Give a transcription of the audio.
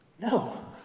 No